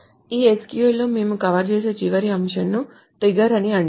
ఈ SQL లో మేము కవర్ చేసే చివరి అంశంను ట్రిగ్గర్ అని అంటారు